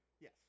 Yes